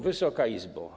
Wysoka Izbo!